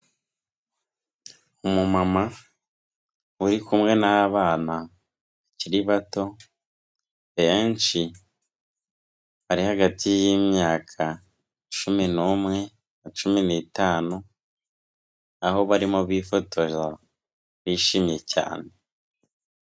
Umumama uri kumwe n'abana bakiri bato, benshi bari hagati y'imyaka cumi n'umwe na cumi n'itanu, aho barimo bifotoza bishimye cyane.